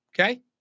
okay